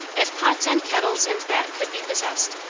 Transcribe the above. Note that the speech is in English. if pots and kettles and that could be possessed,